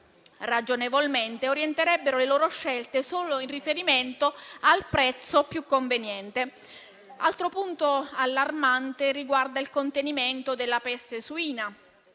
ragionevolmente, orienterebbero le loro scelte solo in riferimento al prezzo più conveniente. Altro punto allarmante riguarda il contenimento della peste suina.